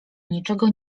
niczego